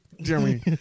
Jeremy